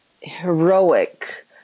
heroic